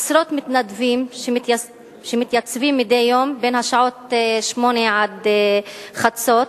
עשרות מתנדבים מתייצבים מדי יום מ-20:00 עד חצות,